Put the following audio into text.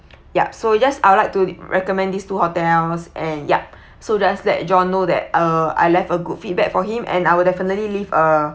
yup so we just I would like to recommend these two hotels and yup so just let john know that uh I left a good feedback for him and I will definitely leave a